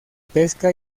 pesca